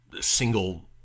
single